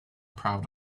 proud